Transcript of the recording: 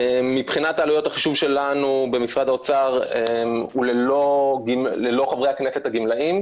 מבחינת העלויות החישוב שלנו במשרד האוצר הוא ללא חברי הכנסת הגמלאים,